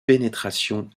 pénétration